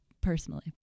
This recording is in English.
personally